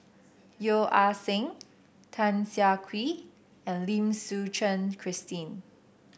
Yeo Ah Seng Tan Siah Kwee and Lim Suchen Christine